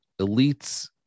elites